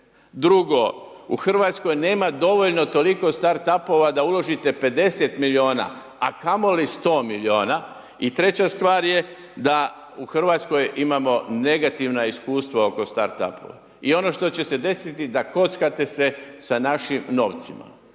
drugo, u RH nema dovoljno toliko Start apova da uložite 50 milijuna, a kamoli 100 milijuna i treća stvar je da u RH imamo negativna iskustva oko Start apova i ono što će se desiti da kockate se sa našim novcima,